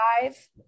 five